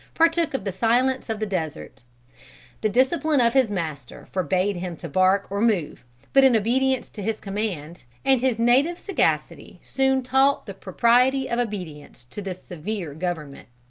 partook of the silence of the desert the discipline of his master forbade him to bark or move but in obedience to his command, and his native sagacity soon taught the propriety of obedience to this severe government.